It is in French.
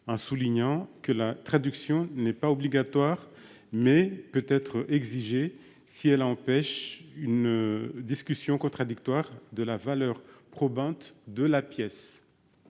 en soulignant que la traduction n’est pas obligatoire, mais qu’elle peut être exigée si son absence empêche une discussion contradictoire de la valeur probante de la pièce.